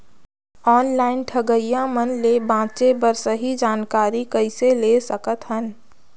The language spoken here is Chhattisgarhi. ऑनलाइन ठगईया मन ले बांचें बर सही जानकारी कइसे ले सकत हन?